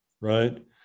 right